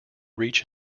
reach